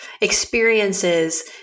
experiences